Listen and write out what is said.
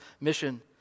mission